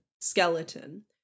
skeleton